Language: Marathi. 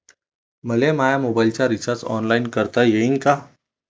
मले माया मोबाईलचा रिचार्ज ऑनलाईन करता येईन का?